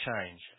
change